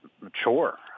mature